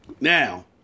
Now